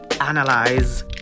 analyze